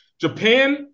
Japan